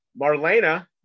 Marlena